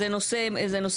זה נושא מורכב.